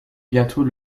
bientôt